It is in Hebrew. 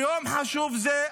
ביום חשוב זה,